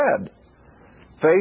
Faith